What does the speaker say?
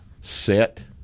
set